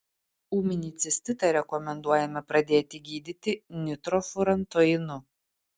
ūminį cistitą rekomenduojame pradėti gydyti nitrofurantoinu